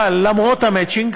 אבל למרות המצ'ינג,